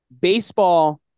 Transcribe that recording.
Baseball